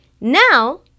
Now